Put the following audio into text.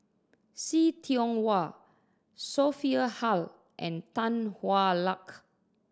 See Tiong Wah Sophia Hull and Tan Hwa Luck